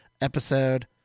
episode